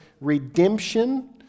redemption